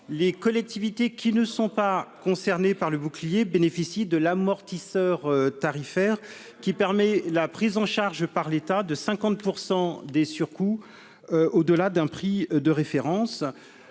les collectivités qui ne sont pas concernés par le bouclier bénéficie de l'amortisseur tarifaire qui permet la prise en charge par l'État de 50 pour 100 des surcoûts, au delà d'un prix de référence,